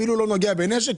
הוא לא נוגע בנשק.